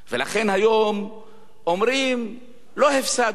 לכן, היום אומרים: לא הפסדנו,